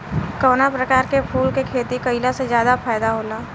कवना प्रकार के फूल के खेती कइला से ज्यादा फायदा होला?